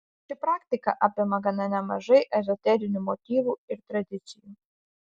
ši praktika apima gana nemažai ezoterinių motyvų ir tradicijų